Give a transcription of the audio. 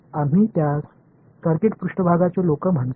आम्ही त्यास सर्किट पार्श्वभूमीचे लोक म्हणतो